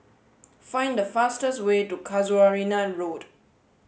find the fastest way to Casuarina Road